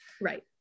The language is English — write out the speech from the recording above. Right